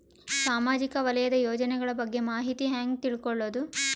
ಸಾಮಾಜಿಕ ವಲಯದ ಯೋಜನೆಗಳ ಬಗ್ಗೆ ಮಾಹಿತಿ ಹ್ಯಾಂಗ ತಿಳ್ಕೊಳ್ಳುದು?